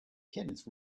kenneth